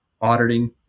auditing